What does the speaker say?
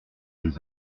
des